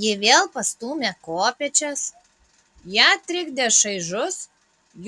ji vėl pastūmė kopėčias ją trikdė šaižus